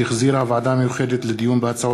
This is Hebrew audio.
שהחזירה הוועדה המיוחדת לדיון בהצעות